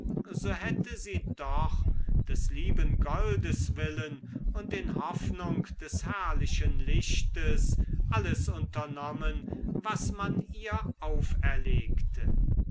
so hätte sie doch des lieben goldes willen und in hoffnung des herrlichen lichtes alles unternommen was man ihr auferlegte